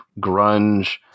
grunge